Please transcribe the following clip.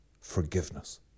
forgiveness